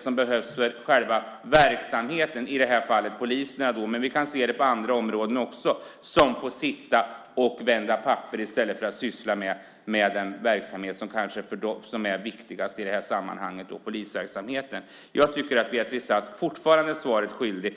som behövs för själva verksamheten, i det här fallet poliserna - men vi kan se det på andra områden också - som får sitta och vända papper i stället för att syssla med den verksamhet som är viktigast, i det här sammanhanget polisverksamhet. Jag tycker att Beatrice Ask fortfarande är svaret skyldig.